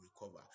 Recover